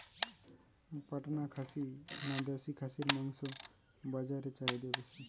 পাটনা খাসি না দেশী খাসির মাংস বাজারে চাহিদা বেশি?